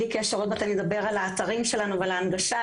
עוד מעט אני אדבר על האתרים שלנו ועל ההנגשה,